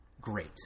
great